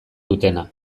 dutena